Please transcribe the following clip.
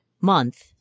month